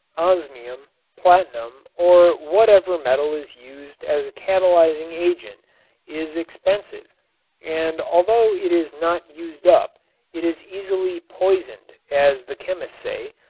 osmium, platinum or whatever metal is used as a catalyzing agent is expensive and although it is not used up it is easily poisoned, as the chemists say,